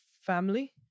family